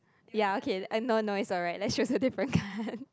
ya K no no it's alright let's choose a different card